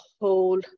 whole